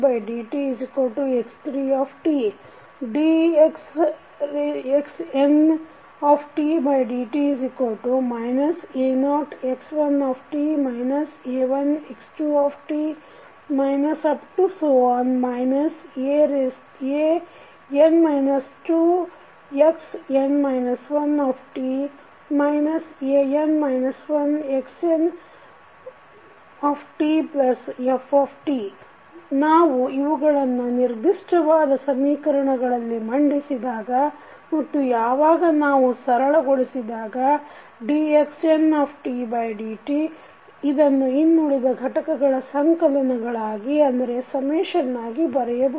dx1dtx2t dx2dtx3t dxndt a0x1t a1x2t an 2xn 1t an 1xntf ನಾವು ಇವುಗಳನ್ನು ನಿರ್ದಿಷ್ಟವಾದ ಸಮೀಕರಣಗಳಲ್ಲಿ ಮಂಡಿಸಿದಾಗ ಮತ್ತು ಯಾವಾಗ ನಾವು ಸರಳ ಗೊಳಿಸಿದಾಗ dxndt ಇದನ್ನು ಇನ್ನುಳಿದ ಘಟಕಗಳ ಸಂಕಲನಗಳಾಗಿ ಆಗಿ ಬರೆಯಬಹುದು